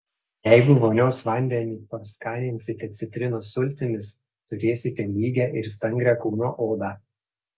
jeigu vonios vandenį paskaninsite citrinos sultimis turėsite lygią ir stangrią kūno odą